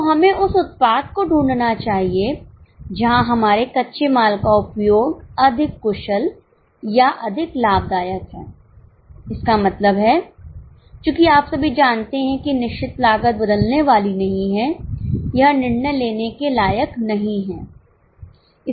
तो हमें उस उत्पाद को ढूंढना चाहिए जहां हमारे कच्चे माल का उपयोग अधिक कुशल या अधिक लाभदायक है इसका मतलब है चूंकि आप सभी जानते हैं कि निश्चित लागत बदलने वाली नहीं है यह निर्णय लेने के लायक नहीं है